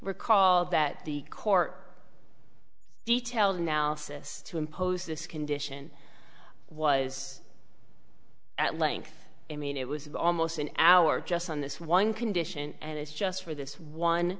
recall that the court detailed analysis to impose this condition was at length i mean it was almost an hour just on this one condition and it's just for this one